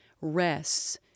rests